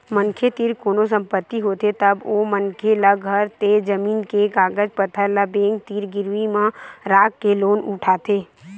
मनखे तीर कोनो संपत्ति होथे तब ओ मनखे ल घर ते जमीन के कागज पतर ल बेंक तीर गिरवी म राखके लोन उठाथे